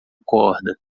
corda